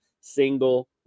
single